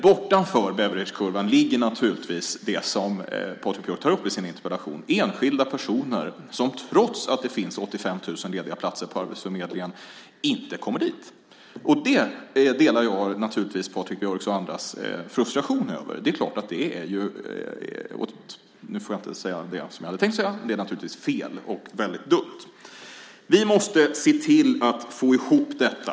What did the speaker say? Bortanför Beveridgekurvan ligger naturligtvis det som Patrik Björck tar upp i sin interpellation - enskilda personer som trots att det finns 85 000 lediga platser på arbetsförmedlingen inte kommer dit. Detta delar jag Patrik Björcks och andras frustration över. Det är klart att det är åt . Jag ska inte säga något som jag inte får säga, men det är naturligtvis fel och väldigt dumt. Vi måste se till att få ihop detta.